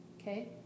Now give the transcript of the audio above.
okay